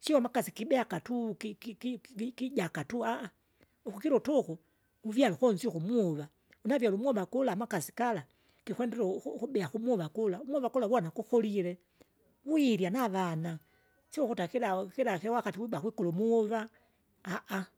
Sio amakasi kibea akatu ki- ki- ki- ki- kija tu ukikila utuku, uvyala konzie uko umuva, unavyele umoava kula amakasi gala gikwendelea uku- uku- ukubea kumuva kula, umova kula vwana kukolie, wiraya navana sio ukuta akilau kila kiwakati wiba kuikulu umuva.